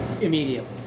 immediately